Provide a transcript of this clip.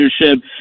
leadership